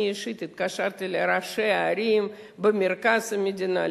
אני אישית התקשרתי לראשי ערים במרכז המדינה,